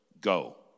Go